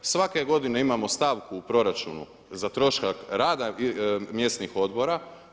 Svake godine imamo stavku u proračunu za trošak rada mjesnih odbora.